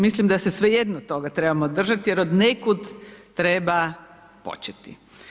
Mislim da se svejedno toga trebamo držati, jer od nekud treba početi.